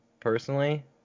personally